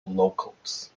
locals